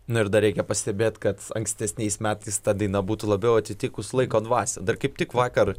na ir dar reikia pastebėt kad ankstesniais metais ta daina būtų labiau atitikus laiko dvasią dar kaip tik vakar